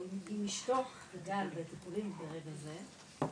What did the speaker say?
הוא עם אשתו בטיפולים ברגע זה.